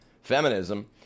feminism